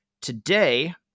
today